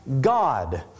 God